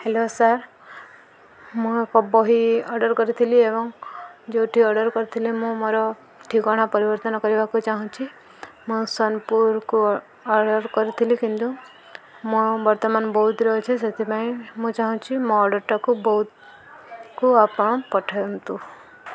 hello sir ମୁଁ ଏକ ବହି ଅର୍ଡର୍ କରିଥିଲି ଏବଂ ଯୋଉଠି ଅର୍ଡର୍ କରିଥିଲି ମୁଁ ମୋର ଠିକଣା ପରିବର୍ତ୍ତନ କରିବାକୁ ଚାହୁଁଛି ମୁଁ ସୋନପୁରକୁ ଅର୍ଡର୍ କରିଥିଲି କିନ୍ତୁ ମୁଁ ବର୍ତ୍ତମାନ ବୌଦ୍ଧରେ ଅଛି ସେଥିପାଇଁ ମୁଁ ଚାହୁଁଛି ମୋ ଅର୍ଡରଟାକୁ ବୌଦ୍ଧକୁ ଆପଣ ପଠାନ୍ତୁ